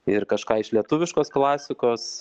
ir kažką iš lietuviškos klasikos